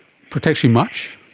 protects you much?